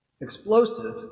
explosive